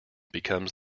becomes